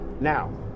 Now